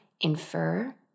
infer